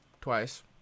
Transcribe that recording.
twice